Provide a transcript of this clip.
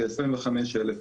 כ-25,000,